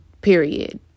period